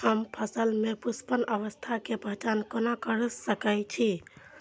हम फसल में पुष्पन अवस्था के पहचान कोना कर सके छी?